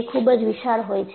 તે ખૂબ જ વિશાળ હોય છે